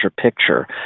picture